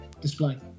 display